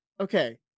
okay